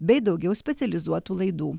bei daugiau specializuotų laidų